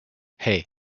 hey